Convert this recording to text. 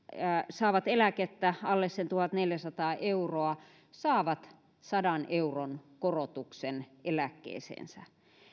saavat eläkettä alle sen tuhatneljäsataa euroa saavat sadan euron korotuksen eläkkeeseensä ja